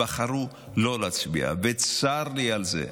הם בחרו לא להצביע, וצר לי על זה.